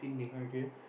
mm K